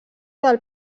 del